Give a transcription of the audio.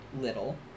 little